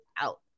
out